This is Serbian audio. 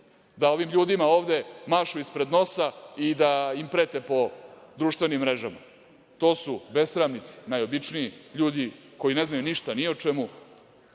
da ovim ljudima ovde mašu ispred nosa i da im prete po društvenim mrežama. To su besramnici najobičniji, ljudi koji ne znaju ništa ni o čemu